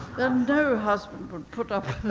no husband would put up